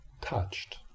touched